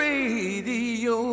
Radio